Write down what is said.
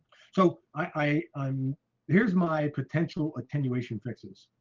so i um here's my potential attenuation fixes.